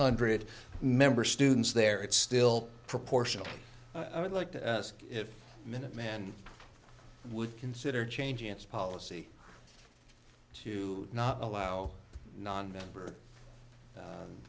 hundred member students there it's still proportional i would like to ask if minuteman would consider changing its policy to not allow non